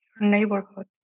neighborhood